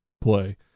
play